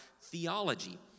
theology